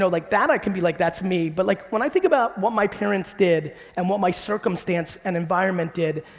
so like that i can be like, that's me. but like when i think about what my parents did and what my circumstance and environment did,